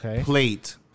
plate